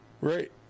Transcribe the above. Right